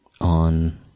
on